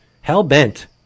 hell-bent